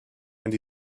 and